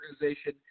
organization